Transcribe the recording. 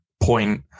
point